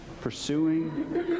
pursuing